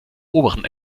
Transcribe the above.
oberen